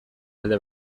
alde